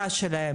היא משלימה להם.